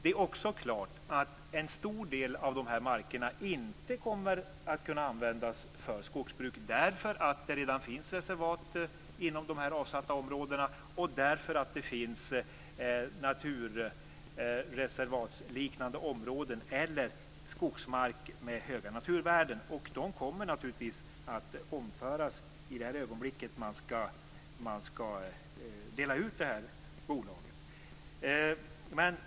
Det är också klart att en stor del av markerna inte kommer att kunna användas för skogsbruk, därför att det redan finns reservat inom de avsatta områdena och därför att det finns naturreservatsliknande områden eller skogsmark med höga naturvärden.